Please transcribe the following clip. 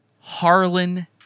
Harlan